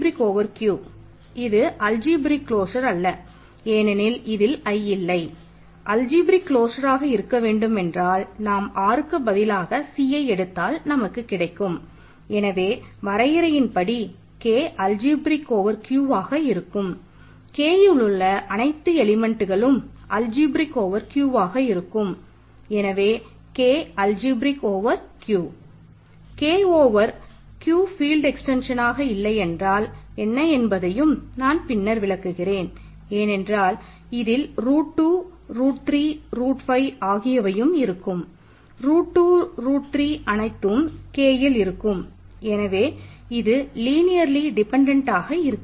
K அல்ஜிப்ரேக் இருக்காது